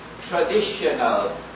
traditional